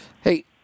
Hey